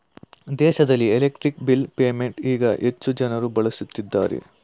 ದೇಶದಲ್ಲಿ electric bill payment ಈಗ ಹೆಚ್ಚು ಜನರು ಬಳಸುತ್ತಿದ್ದಾರೆ